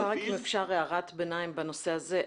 אם אפשר, הערת ביניים בנושא הזה.